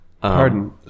Pardon